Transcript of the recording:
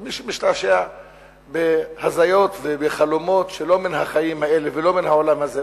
ומי שמשתעשע בהזיות ובחלומות שלא מן החיים האלה ולא מן העולם הזה,